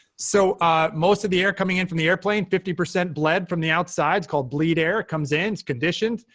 so ah most of the air coming in from the airplane fifty percent bled from the outside. it's called bleed air. it comes in. it's conditioned.